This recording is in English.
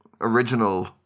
original